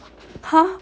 !huh!